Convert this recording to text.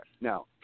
Now